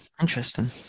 Interesting